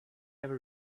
ever